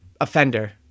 offender